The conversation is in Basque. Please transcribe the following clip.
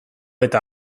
eta